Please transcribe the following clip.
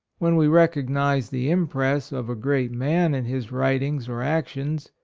when we recognize the impress of a great man in his writings or actions,